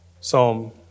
Psalm